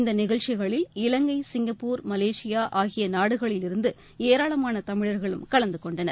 இந்த நிகழ்ச்சிகளில் Ilangai Singapore Malaysia ஆகிய நாடுகளில் இருந்து ஏராளமான தமிழர்களும் கலந்தகொண்டனர்